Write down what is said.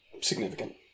significant